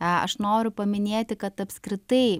aš noriu paminėti kad apskritai